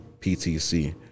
PTC